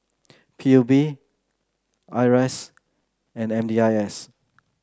P U B I R A S and M D I S